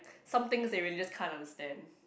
somethings they really just can't understand